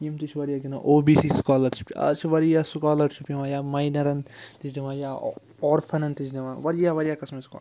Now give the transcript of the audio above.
یِم تہِ چھِ وارِیاہ گِنٛدان او بی سی سُکالَرشِپ آز چھِ وارِیاہ سُکالَرشِپ یِوان یا ماینَرَن تہِ چھِ دِوان یا آرفَنٛن تہِ چھِ دِوان وارِیاہ وارِیاہ قٕسمٕچ سُکا